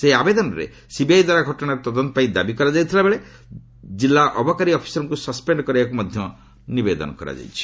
ସେହି ଆବେଦନରେ ସିବିଆଇ ଦ୍ୱାରା ଘଟଣାର ତଦନ୍ତ ପାଇଁ ଦାବି କରାଯାଉଥିବାବେଳେ ଜିଲ୍ଲା ଅବକାରୀ ଅଫିସରଙ୍କୁ ସସ୍ପେଣ୍ଡ କରାଯିବାକୁ ନିବେଦନ କରାଯାଇଛି